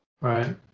Right